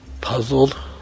Puzzled